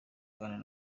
kuganira